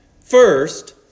First